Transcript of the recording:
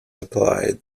applied